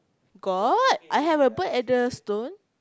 got I have bird at the stone